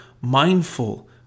mindful